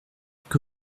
que